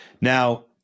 Now